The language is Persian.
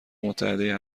متحده